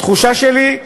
התחושה שלי,